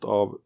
av